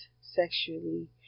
sexually